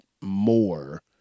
more